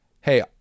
hey